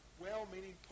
well-meaning